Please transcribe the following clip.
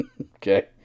Okay